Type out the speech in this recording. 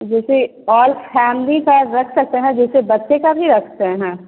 तो जैसे all family का रख सकते हैं जैसे बच्चे का भी रखते हैं